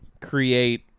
create